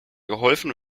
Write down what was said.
geholfen